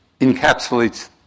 encapsulates